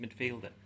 midfielder